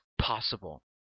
possible